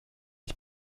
ich